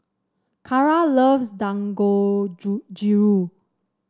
Cara loves Dangojiru